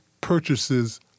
purchases